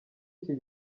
iki